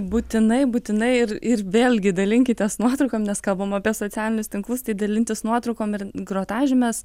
būtinai būtinai ir ir vėlgi dalinkitės nuotraukom nes kalbam apie socialinius tinklus dalintis nuotraukom ir grotažymės